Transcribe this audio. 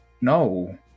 No